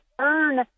earn